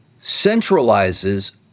centralizes